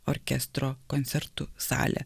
orkestro koncertų salė